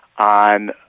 on